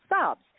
subs